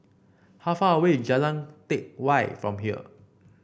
how far away Jalan Teck Whye from here